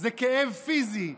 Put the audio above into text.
זה כאב פיזי,